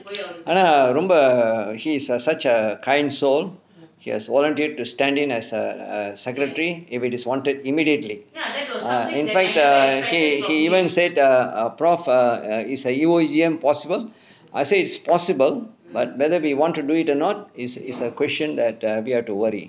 ஆனா ரொம்ப:aanaa romba he is such a kind soul he has volunteered to stand in as a a secretary if it is wanted immediately err in fact err he he even said err err professor err is a U_A_G_M possible I say it's possible but whether we want to do it or not is is a question that err we have to worry